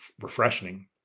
refreshing